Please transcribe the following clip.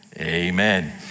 amen